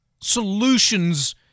solutions